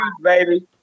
baby